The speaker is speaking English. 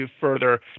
further